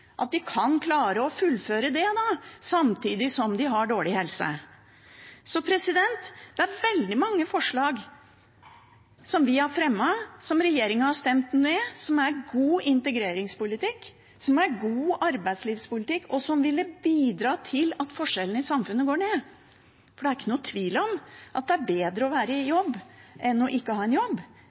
at de kan klare å fullføre samtidig som de har dårlig helse. Det er veldig mange forslag vi har fremmet som regjeringen har stemt ned, som er god integreringspolitikk, som er god arbeidslivspolitikk, og som ville bidra til at forskjellene i samfunnet gikk ned. For det er ikke noen tvil om at det er bedre å være i jobb enn å ikke ha en jobb.